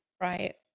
Right